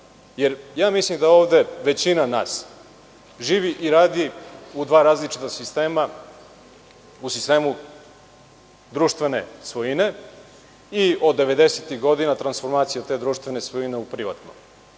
jer mislim da ovde većina nas živi i radi u dva različita sistema, u sistemu društvene svojine i od devedesetih godina transformacije te društvene svojine u privatnu.